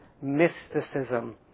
mysticism